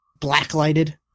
blacklighted